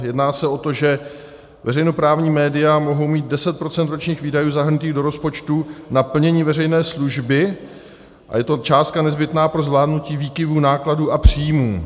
Jedná se o to, že veřejnoprávní média mohou mít deset procent ročních výdajů zahrnutých do rozpočtu na plnění veřejné služby a je to částka nezbytná pro zvládnutí výkyvů nákladů a příjmů.